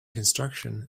construction